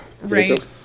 Right